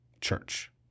church